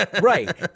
Right